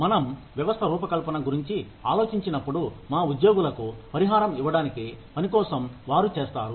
మనం వ్యవస్థ రూపకల్పన గురించి ఆలోచించినప్పుడు మా ఉద్యోగులకు పరిహారం ఇవ్వడానికి పని కోసం వారు చేస్తారు